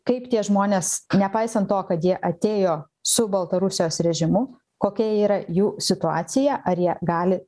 kaip tie žmonės nepaisant to kad jie atėjo su baltarusijos režimu kokia yra jų situacija ar jie gali